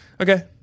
Okay